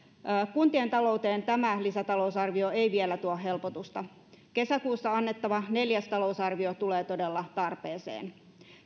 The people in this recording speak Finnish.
kuntien talouteen tämä lisätalousarvio ei vielä tuo helpotusta kesäkuussa annettava neljäs lisätalousarvio tulee todella tarpeeseen